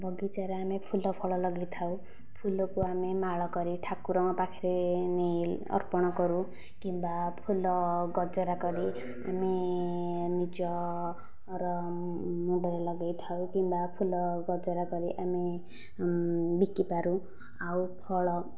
ବଗିଚାରେ ଆମେ ଫୁଲଫଳ ଲଗେଇଥାଉ ଫୁଲକୁ ଆମେ ମାଳକରି ଠାକୁରଙ୍କ ପାଖରେ ନେଇ ଅର୍ପଣ କରୁ କିମ୍ବା ଫୁଲ ଗଜରା କରି ଆମେ ନିଜର ମୁଣ୍ଡରେ ଲଗେଇଥାଉ କିମ୍ବା ଫୁଲ ଗଜରା କରି ଆମେ ବିକିପାରୁ ଆଉ ଫଳ